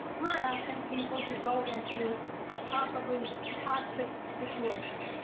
we're asking people to go into a possibly toxic situation.